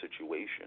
situation